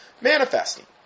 manifesting